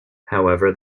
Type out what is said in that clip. however